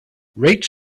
rate